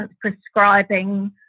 prescribing